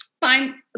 Fine